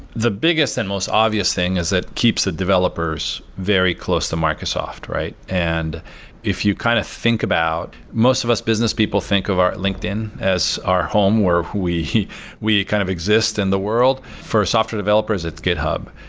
the biggest and most obvious thing is that keeps the developers very close to microsoft, right? and if you kind of think about, most of us business people think of our linkedin as our home where we we kind of exist in the world. for software developers, it's github.